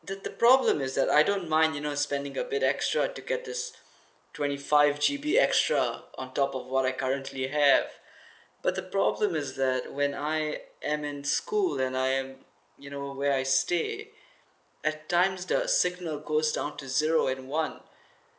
the the problem is that I don't mind you know spending a bit extra to get this twenty five G_B extra on top of what I currently have but the problem is that when I am in school and I'm you know where I stay at times the signal goes down to zero and one